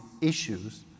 issues